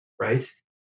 right